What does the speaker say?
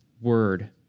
word